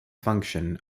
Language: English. function